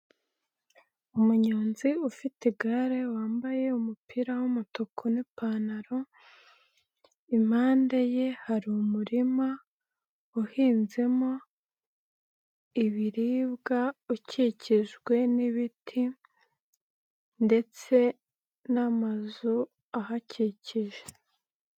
Umunyonzi ufite igare wambaye umupira w'umutuku n'ipantaro, impande ye hari umurima uhinzemo ibiribwa ukikijwe n'ibiti ndetse n'amazu ahakikije.